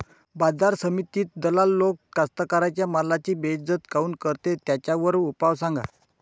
बाजार समितीत दलाल लोक कास्ताकाराच्या मालाची बेइज्जती काऊन करते? त्याच्यावर उपाव सांगा